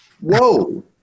Whoa